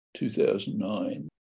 2009